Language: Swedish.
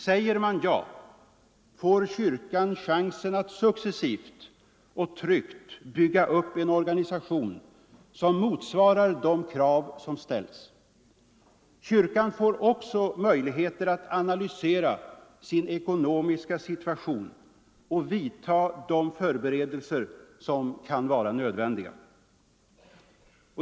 Säger den ja får kyrkan chansen att successivt och tryggt bygga upp den organisation som motsvarar de krav som ställs. Kyrkan får också möjligheter att analysera sin ekonomiska situation och vidta de förberedelser som kan vara nödvändiga.